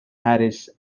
harris